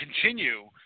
continue